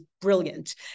brilliant